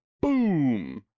boom